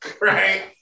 Right